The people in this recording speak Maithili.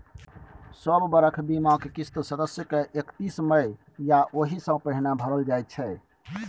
सब बरख बीमाक किस्त सदस्य के एकतीस मइ या ओहि सँ पहिने भरल जाइ छै